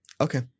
Okay